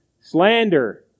Slander